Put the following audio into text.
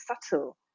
subtle